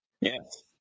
Yes